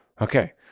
Okay